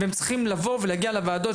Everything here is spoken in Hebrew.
הם צריכים להגיע לוועדות,